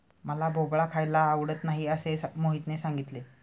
मला भोपळा खायला आवडत नाही असे मोहितने सांगितले